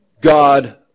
God